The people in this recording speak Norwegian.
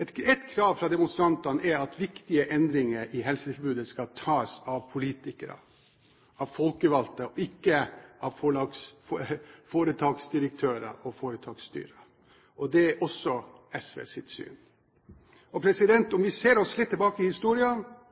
Ett krav fra demonstrantene er at viktige endringer i helsetilbudet skal tas av politikere, av folkevalgte, og ikke av foretaksdirektører og foretaksstyrer. Det er også SVs syn. Om vi ser oss litt tilbake i